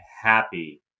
happy